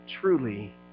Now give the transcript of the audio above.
truly